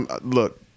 look